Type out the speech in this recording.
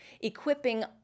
equipping